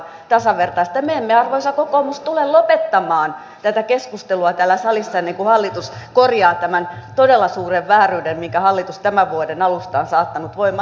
me emme arvoisa kokoomus tule lopettamaan tätä keskustelua täällä salissa ennen kuin hallitus korjaa tämän todella suuren vääryyden minkä hallitus tämän vuoden alusta on saattanut voimaan